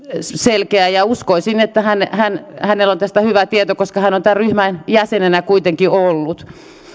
selkeä uskoisin että hänellä on tästä hyvä tieto koska hän on tämän ryhmän jäsenenä kuitenkin ollut